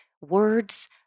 words